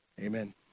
amen